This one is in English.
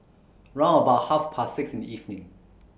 round about Half Past six in The evening